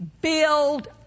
build